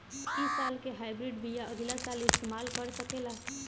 इ साल के हाइब्रिड बीया अगिला साल इस्तेमाल कर सकेला?